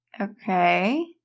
Okay